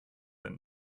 and